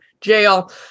Jail